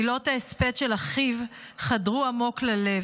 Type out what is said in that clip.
מילות ההספד של אחיו חדרו עמוק ללב,